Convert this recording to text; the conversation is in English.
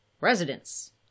residents